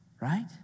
right